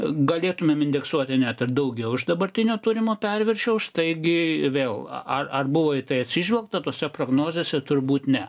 galėtumėm indeksuoti net ir daugiau iš dabartinio turimo perviršio už taigi vėl ar ar buvo į tai atsižvelgta tose prognozėse turbūt ne